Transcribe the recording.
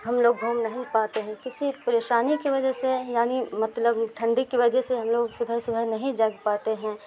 ہم لوگ گھوم نہیں پاتے ہیں کسی پریشانی کی وجہ سے یعنی مطلب ٹھنڈی کی وجہ سے ہم لوگ صبح صبح نہیں جا پاتے ہیں